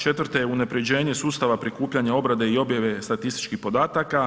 Četvrto je unaprjeđenje sustava prikupljanja obrade i objave statističkih podataka.